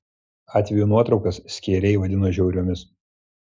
atvejų nuotraukas skeiriai vadino žiauriomis